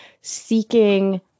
seeking